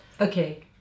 Okay